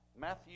Matthew